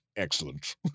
excellent